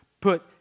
put